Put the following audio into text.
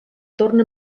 torna